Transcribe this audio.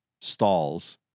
stalls